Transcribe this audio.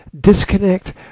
Disconnect